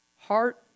Heart